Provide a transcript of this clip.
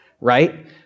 Right